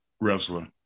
wrestler